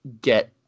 get